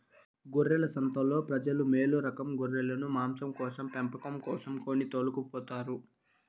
గొర్రెల సంతలో ప్రజలు మేలురకం గొర్రెలను మాంసం కోసం పెంపకం కోసం కొని తోలుకుపోతారు